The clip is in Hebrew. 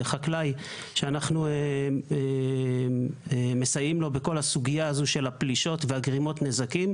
חקלאי שאנחנו מסייעים לו בכל הסוגיה הזו של הפלישות וגרימת הנזקים,